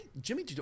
Jimmy